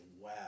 wow